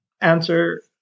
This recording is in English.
answer